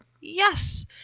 Yes